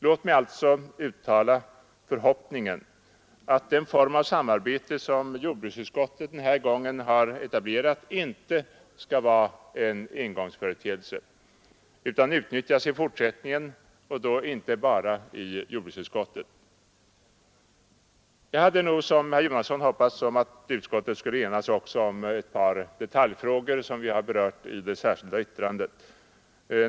Låt mig alltså uttala förhoppningen att den form av samarbete som jordbruksutskottet den här gången har etablerat inte skall vara en engångsföreteelse utan utnyttjas i fortsättningen och då inte bara i jordbruksutskottet. Jag hade nog liksom herr Jonasson hoppats att utskottet skulle enats också om ett par detaljfrågor, som vi har berört i det särskilda yttrandet.